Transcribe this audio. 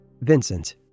Vincent